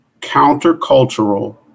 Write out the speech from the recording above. countercultural